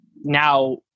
Now